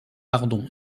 pardon